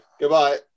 goodbye